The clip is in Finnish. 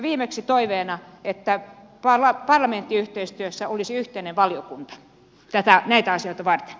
viimeksi toiveena että parlamenttiyhteistyössä olisi yhteinen valiokunta näitä asioita varten